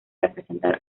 representar